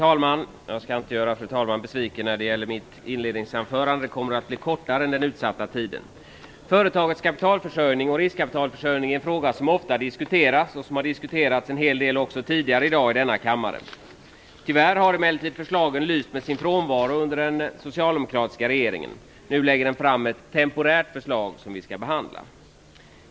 Herr talman! Företagens kapitalförsörjning och riskkapitalförsörjning är en fråga som ofta diskuteras och som har diskuterats en hel del även tidigare i dag i denna kammare. Tyvärr har emellertid förslagen lyst med sin frånvaro under den socialdemokratiska regeringen. Nu lägger den fram ett temporärt förslag som vi skall behandla.